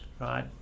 right